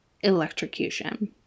electrocution